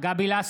גבי לסקי,